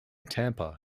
tampa